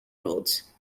roads